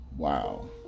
wow